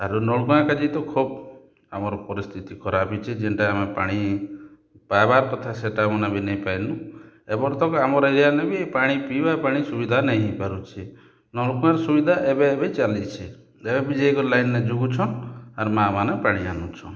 ଆରୁ ନଲ୍କୂଆଁ କାଏଯେ କି ତ ଖୋବ୍ ଆମର୍ ପରିସ୍ଥିତି ଖରାପ୍ ହେଇଛେ ଯେ ଯେନ୍ଟା ଆମେ ପାଣି ପାଇବାର୍ କଥା ସେଟା ମାନେ ବି ନେଇ ପାଏଲୁ ଏଭର୍ ତକ୍ ଆମର୍ ଏରିଆନେ ବି ପାଣି ପିଇବାର୍ ପାଣି ସୁବିଧା ନାଇହେଇ ପାରୁଛେ ନଲ୍କୂଆଁ ସୁବିଧା ଏବେ ଏବେ ଚାଲିଛେ ଲାଇନ୍ରେ ଯାଇକରି ଜୁଗୁଛନ୍ ଆରୁ ମାଆମାନେ ପାଣି ଆଣୁଛନ୍